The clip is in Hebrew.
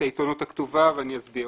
העיתונות הכתובה, ואסביר.